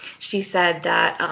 she said that